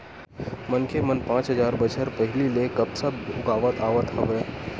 मनखे मन पाँच हजार बछर पहिली ले कपसा उगावत आवत हवय